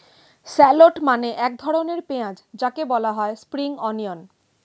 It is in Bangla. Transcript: শ্যালোট মানে এক ধরনের পেঁয়াজ যাকে বলা হয় স্প্রিং অনিয়ন